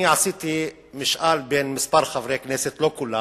אני עשיתי משאל בין כמה חברי כנסת, לא כולם,